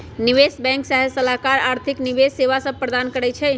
निवेश बैंक सलाहकार आर्थिक निवेश सेवा सभ प्रदान करइ छै